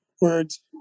words